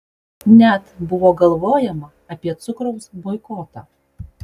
net buvo galvojama apie cukraus boikotą